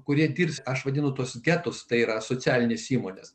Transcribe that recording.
kurie dirbs aš vadinu tuos getus tai yra socialinės įmonės